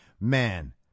man